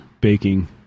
baking